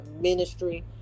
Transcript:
ministry